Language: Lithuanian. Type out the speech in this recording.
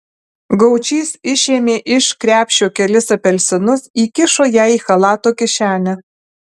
gaučys išėmė iš krepšio kelis apelsinus įkišo jai į chalato kišenę